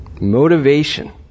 Motivation